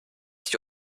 sich